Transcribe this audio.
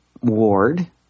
Ward